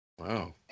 Wow